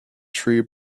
tree